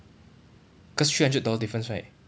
cause three hundred dollar difference right